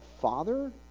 father